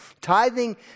Tithing